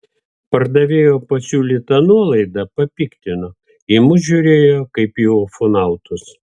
pardavėjo pasiūlyta nuolaida papiktino į mus žiūrėjo kaip į ufonautus